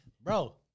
Bro